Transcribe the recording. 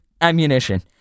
ammunition